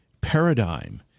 paradigm